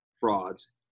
Frauds